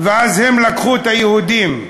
ואז הם לקחו את היהודים,